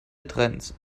trends